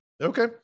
okay